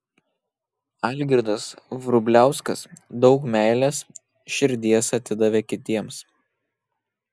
algirdas vrubliauskas daug meilės širdies atidavė kitiems